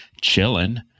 chilling